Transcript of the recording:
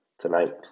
Tonight